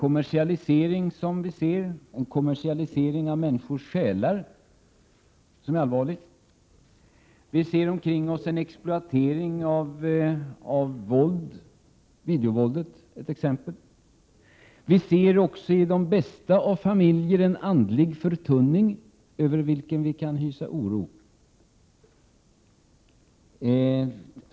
Vi ser en kommersialisering av människors själar som är allvarlig. Vi ser omkring oss en exploatering av våld, t.ex. videovåldet. Vi ser också i de bästa av familjer en andlig förtunning över vilken vi kan hysa oro.